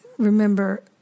Remember